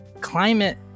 Climate